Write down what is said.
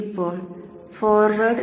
ഇപ്പോൾ ഫോർവേഡ്